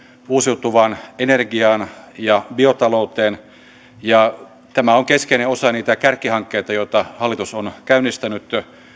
uusiutuvaan energiaan ja biotalouteen ja tämä on keskeinen osa niitä kärkihankkeita joita hallitus on käynnistänyt